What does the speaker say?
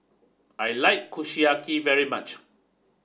I like Kushiyaki very much